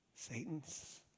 Satan's